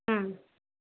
हम्म